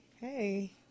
Hey